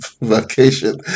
vacation